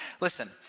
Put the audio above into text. Listen